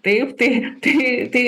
taip tai tai tai